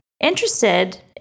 interested